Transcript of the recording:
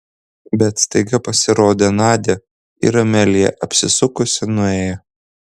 bet staiga pasirodė nadia ir amelija apsisukusi nuėjo